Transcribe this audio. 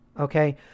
okay